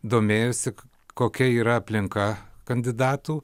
domėjosi kokia yra aplinka kandidatų